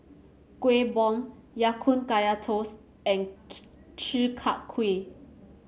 Kuih Bom Ya Kun Kaya Toast and Chi Kak Kuih